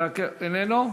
איננו?